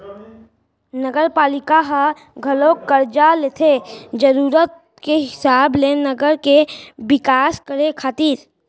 नगरपालिका ह घलोक करजा लेथे जरुरत के हिसाब ले नगर के बिकास करे खातिर